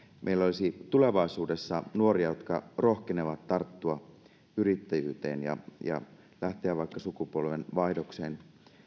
meillä olisi tulevaisuudessa nuoria jotka rohkenevat tarttua yrittäjyyteen ja ja lähteä vaikka sukupolvenvaihdokseen